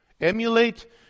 Emulate